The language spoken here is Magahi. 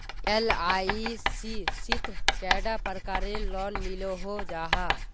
एल.आई.सी शित कैडा प्रकारेर लोन मिलोहो जाहा?